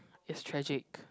it's tragic